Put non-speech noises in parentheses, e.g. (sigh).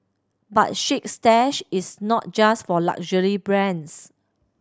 but Chic Stash is not just for luxury (unintelligible)